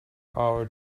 hour